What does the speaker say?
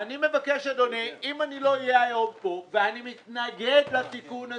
אם אני לא אהיה כאן היום, אני מתנגד לתיקון הזה.